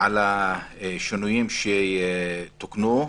על השינויים שתוקנו,